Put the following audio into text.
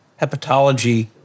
hepatology